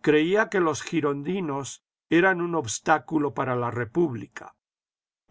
creía que los girondinos eran un obstáculo para la república